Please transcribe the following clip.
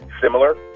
similar